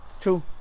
True